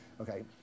Okay